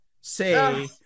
say